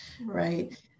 right